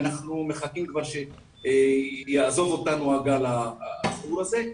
ואנחנו מחכים כבר שיעזוב אותנו הגל העכור הזה,